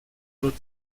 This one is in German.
oder